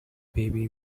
baby